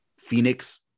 Phoenix